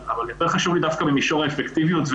במישור האפקטיביות,